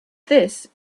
this